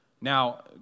Now